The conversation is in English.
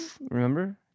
Remember